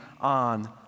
on